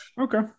Okay